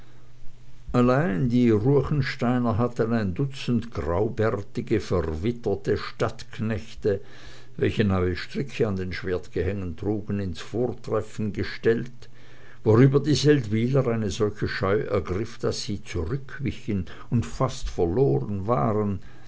allein die ruechensteiner hatten ein dutzend graubärtige verwitterte stadtknechte welche neue stricke an den schwertgehängen trugen ins vordertreffen gestellt worüber die seldwyler eine solche scheu ergriff daß sie zurückwichen und fast verloren waren